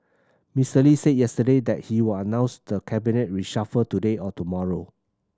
Mister Lee said yesterday that he will announce the cabinet reshuffle today or tomorrow